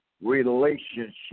relationship